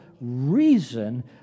reason